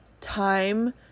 time